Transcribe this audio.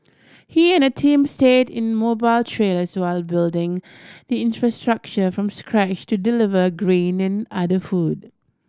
he and a team stayed in mobile trailers while building the infrastructure from scratch to deliver grain and other food